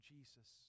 Jesus